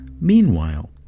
Meanwhile